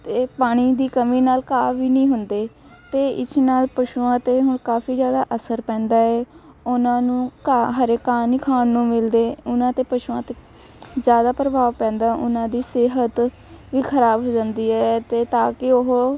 ਅਤੇ ਪਾਣੀ ਦੀ ਕਮੀ ਨਾਲ ਘਾਹ ਵੀ ਨਹੀਂ ਹੁੰਦੇ ਅਤੇ ਇਸ ਨਾਲ ਪਸ਼ੂਆਂ 'ਤੇ ਹੁਣ ਕਾਫੀ ਜ਼ਿਆਦਾ ਅਸਰ ਪੈਂਦਾ ਹੈ ਉਹਨਾਂ ਨੂੰ ਘਾਹ ਹਰੇ ਘਾਹ ਨਹੀਂ ਖਾਣ ਨੂੰ ਮਿਲਦੇ ਉਹਨਾਂ 'ਤੇ ਪਸ਼ੂਆਂ 'ਤੇ ਜ਼ਿਆਦਾ ਪ੍ਰਭਾਵ ਪੈਂਦਾ ਉਹਨਾਂ ਦੀ ਸਿਹਤ ਵੀ ਖਰਾਬ ਹੋ ਜਾਂਦੀ ਹੈ ਅਤੇ ਤਾਂ ਕਿ ਉਹ